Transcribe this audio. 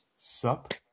Sup